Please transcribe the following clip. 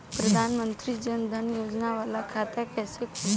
प्रधान मंत्री जन धन योजना वाला खाता कईसे खुली?